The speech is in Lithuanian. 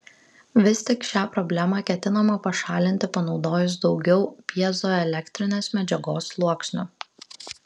vis tik šią problemą ketinama pašalinti panaudojus daugiau pjezoelektrinės medžiagos sluoksnių